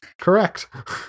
Correct